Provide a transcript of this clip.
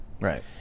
Right